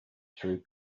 through